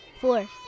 four